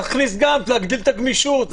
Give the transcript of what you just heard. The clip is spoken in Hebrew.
נכניס כדי להגדיל את הגמישות.